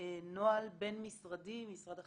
נוהל בין-משרדי משרד החינוך,